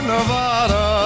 Nevada